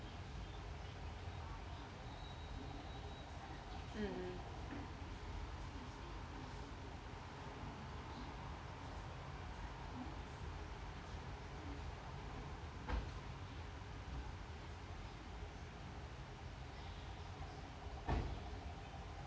mm